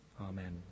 Amen